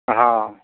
हँ